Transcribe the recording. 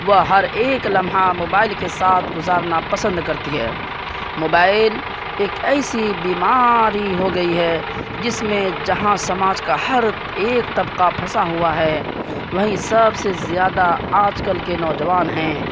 وہ ہر ایک لمحہ موبائل کے ساتھ گزارنا پسند کرتی ہے موبائل ایک ایسی بیماری ہو گئی ہے جس میں جہاں سماج کا ہر ایک طبقہ پھنسا ہوا ہے وہیں سب سے زیادہ آج کل کے نوجوان ہیں